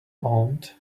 aunt